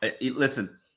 Listen